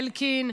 אלקין,